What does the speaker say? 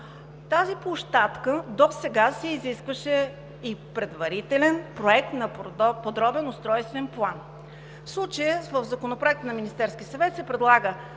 тази площадка досега се изискваше и предварителен проект на подробен устройствен план. В случая в Законопроект на Министерския съвет се предлага